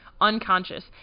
unconscious